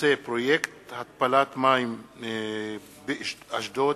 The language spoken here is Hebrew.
פרויקט התפלת מי ים באשדוד,